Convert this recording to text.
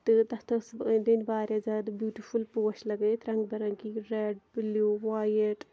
تہٕ تَتھ ٲسٕس أنٛدۍ أنٛدۍ واریاہ زیادٕ بیٛوٗٹِفُل پوش لَگٲوِتھ رَنگ با رَنٛگی ریٚڈ بِلیٛوٗ وایِٹ